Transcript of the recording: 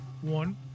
One